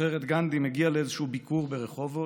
זוכר את גנדי מגיע לאיזשהו ביקור ברחובות,